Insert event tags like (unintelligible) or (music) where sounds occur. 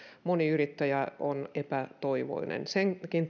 moni yrittäjä on epätoivoinen senkin (unintelligible)